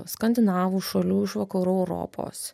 skandinavų šalių iš vakarų europos